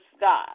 God